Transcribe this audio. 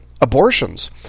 abortions